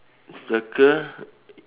circle